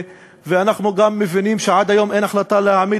ואנחנו גם מבינים שעד היום אין החלטה להעמיד